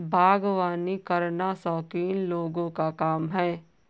बागवानी करना शौकीन लोगों का काम है